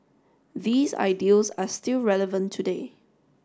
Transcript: these ideals are still relevant today